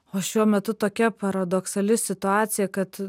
o šiuo metu tokia paradoksali situacija kad